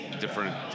different